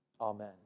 Amen